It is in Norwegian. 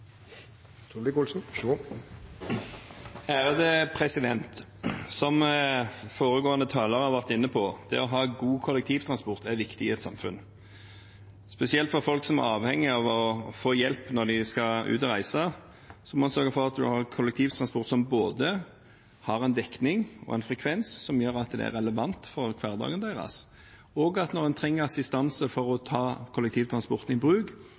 viktig i et samfunn, spesielt for folk som er avhengige av å få hjelp når de skal ut og reise. En må sørge for at en har en kollektivtransport som har både en dekning og en frekvens som gjør at den er relevant i deres hverdag, og at en får assistanse til å bruke kollektivtransporten